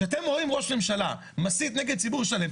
כשאתם רואים ראש ממשלה מסית נגד ציבור שלם,